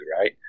right